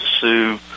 sue